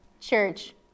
Church